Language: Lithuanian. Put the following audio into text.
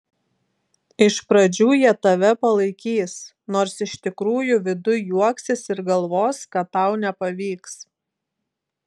iš pradžių jie tave palaikys nors iš tikrųjų viduj juoksis ir galvos kad tau nepavyks